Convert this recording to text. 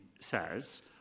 says